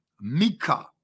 Mika